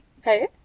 Hey